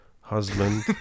husband